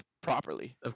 properly